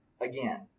again